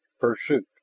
Pursuit